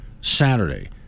Saturday